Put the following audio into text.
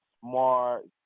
smart